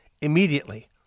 immediately